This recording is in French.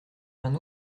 d’un